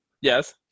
Yes